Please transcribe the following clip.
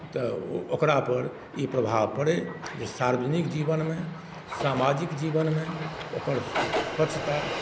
तऽ ओकरापर ई प्रभाव पड़य जे सार्वजनिक जीवनमे सामाजिक जीवनमे ओकर स्वच्छता